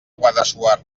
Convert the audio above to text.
guadassuar